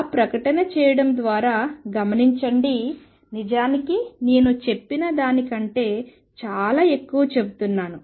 ఆ ప్రకటన చేయడం ద్వారా గమనించండి నిజానికి నేను చెప్పిన దానికంటే చాలా ఎక్కువ చెబుతున్నాను